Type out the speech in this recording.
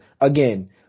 again